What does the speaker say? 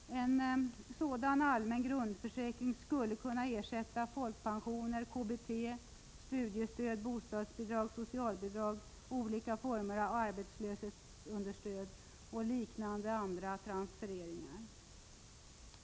En sådan allmän grundförsäkring skulle kunna ersätta folkpensioner, KBT, studiestöd. bostadsbidrag, socialbidrag, olika former av arbetslöshetsunderstöd och andra liknande transfereringar.